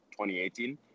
2018